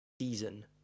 season